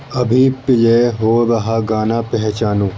ابھی پلے ہو رہا گانا پہچانو